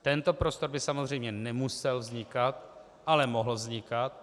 Tento prostor by samozřejmě nemusel vznikat, ale mohl vznikat.